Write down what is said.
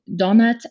Donut